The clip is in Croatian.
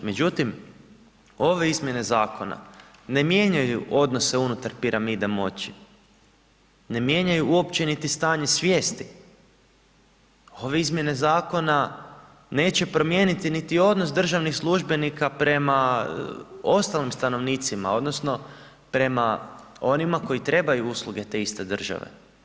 Međutim, ove izmjene zakona ne mijenjaju odnose unutar piramide moći, ne mijenjaju uopće niti stanje svijest, ove izmjene zakona neće promijeniti niti odnos državnih službenika prema ostalim stanovnicima odnosno prema onima koji trebaju usluge te iste države.